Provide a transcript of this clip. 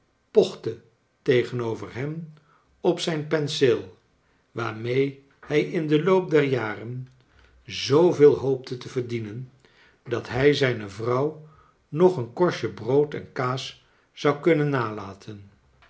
pochte tegenover hen op zijn penseel waarmee hij in den loop der jaren zooveel hoopte te verdienen dat hij zijne vrouw nog een korstje brood en kaas zou kunnen nalaten